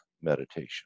meditation